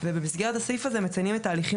ובמסגרת הסעיף הזה מציינים את ההליכים